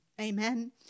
Amen